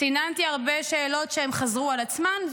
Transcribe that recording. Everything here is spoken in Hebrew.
סיננתי הרבה שאלות שחזרו על עצמן,